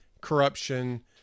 corruption